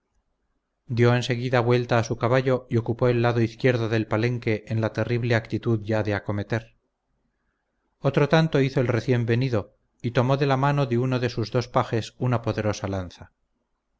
en seguida vuelta a su caballo y ocupó el lado izquierdo del palenque en la terrible actitud ya de acometer otro tanto hizo el recién venido y tomó de mano de uno de sus dos pajes una poderosa lanza